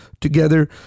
together